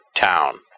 town